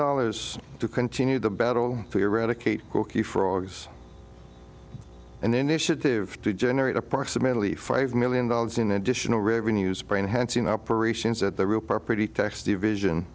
dollars to continue the battle to eradicate gokey frogs and then initiative to generate approximately five million dollars in additional revenues brain hansen operations at the real property tax division